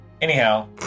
Anyhow